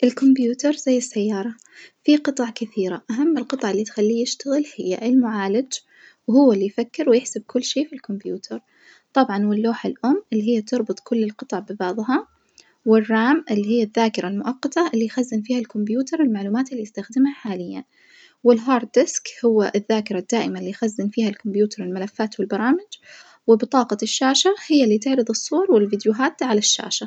الكمبيوتر زي السيارة فيه قطع كثيرة أهم القطع التخليه يشتغل هي المعالج وهو اليفكر ويحسب كل شي في الكمبيوتر، طبعًا واللوحة الأم اللي هي تربط كل القطع ببعضها، والرام اللي هي الذاكرة المؤقتة اللي يخزن فيها الكمبيوتر المعلومات اللي يستخدمها حاليًا، والهارد ديسك هو الذاكرة الدائمة اللي يخزن فيها الكمبيوترالملفات والبرامج، وبطاقة الشاشة هي اللي تعرض الصور والفيديوهات على الشاشة.